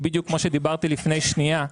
ובדיוק כמו שדיברתי לפני שנייה,